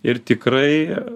ir tikrai